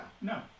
No